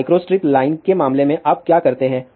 तो microstrip line के मामले में आप क्या करते हैं